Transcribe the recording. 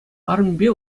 арӑмӗпе